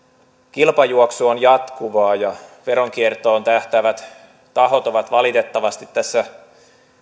kilpajuoksu on jatkuvaa ja veronkiertoon tähtäävät tahot ovat tässä